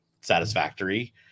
satisfactory